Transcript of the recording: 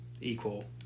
equal